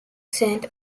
saint